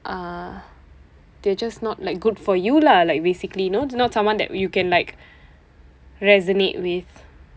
ah they're just not like good for you lah like basically you know it's not someone that you can like resonate with